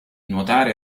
nuotare